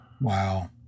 Wow